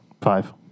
Five